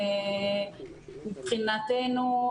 מבחינתנו,